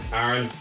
Aaron